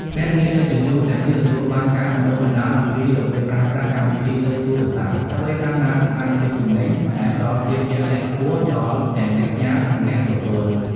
ភ្នាក់ងារដឹកជញ្ជូនទាំងនេះទទួលបានការបណ្ដុះបណ្ដាលអំពីរបៀបប្រើប្រាស់កម្មវិធីលើទូរស័ព្ទ ដើម្បីតាមដានស្ថានភាពទំនិញ ដែលផ្ដល់ភាពជឿជាក់ខ្ពស់ដល់ទាំងអ្នកផ្ញើ និងអ្នកទទួល។